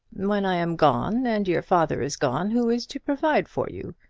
when i am gone, and your father is gone, who is to provide for you?